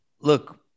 Look